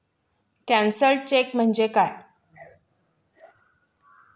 Cancelled cheque म्हणजे काय?